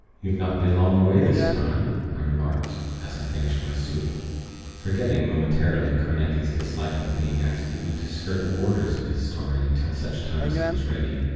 you've not been long away, this time, i remarked, as i finished my soup forgetting momentarily carnacki's dislike of being asked even to skirt the borders of his story until such time as he was ready.